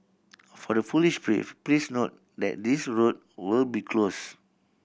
for the foolish brave please note that these road will be closed